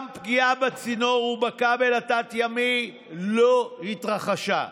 וגם פגיעה בצינור ובכבל התת-ימי לא התרחשה.